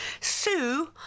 Sue